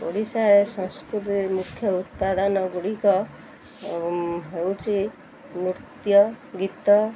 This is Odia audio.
ଓଡ଼ିଶାରେ ସଂସ୍କୃତି ମୁଖ୍ୟ ଉତ୍ପାଦନ ଗୁଡ଼ିକ ହେଉଛି ନୃତ୍ୟ ଗୀତ